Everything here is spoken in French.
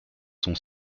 sont